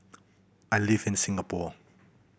I live in Singapore